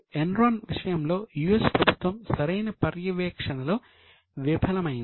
Enron విషయంలో US ప్రభుత్వం సరైన పర్యవేక్షణలో విఫలమయ్యింది